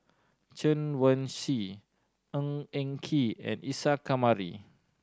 Chen Wen Hsi Ng Eng Kee and Isa Kamari